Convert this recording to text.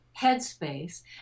headspace